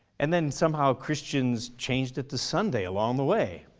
and then somehow christians changed it to sunday along the way.